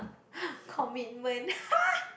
commitment !ha!